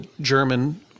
German